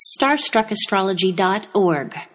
starstruckastrology.org